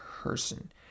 person